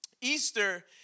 Easter